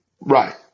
Right